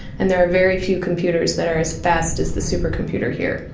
and there are very few computers that are as fast as the supercomputer here.